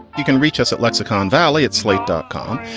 you can reach us at lexicon valley at slate dot com.